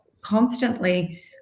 constantly